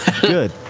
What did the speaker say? Good